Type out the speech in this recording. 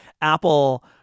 Apple